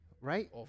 Right